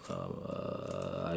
um